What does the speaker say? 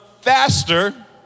faster